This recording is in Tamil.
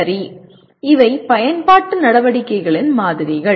சரி இவை பயன்பாட்டு நடவடிக்கைகளின் மாதிரிகள்